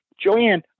Joanne